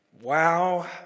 Wow